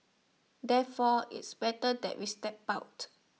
therefore it's better that we step out